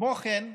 כמו כן,